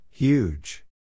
Huge